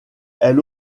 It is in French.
elle